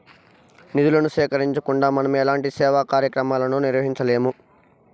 నిధులను సేకరించకుండా మనం ఎలాంటి సేవా కార్యక్రమాలను నిర్వహించలేము